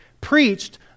preached